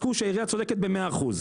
פסקו שהעירייה צודקת במאה אחוז,